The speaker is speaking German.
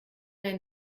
ein